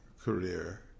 career